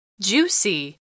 Juicy